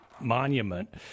monument